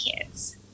kids